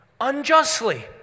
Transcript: unjustly